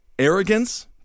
arrogance